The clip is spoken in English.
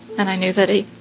and i knew that he